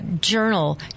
Journal